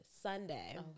Sunday